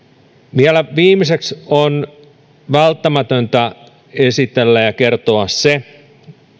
vielä viimeiseksi on välttämätöntä esitellä ja kertoa se